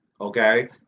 Okay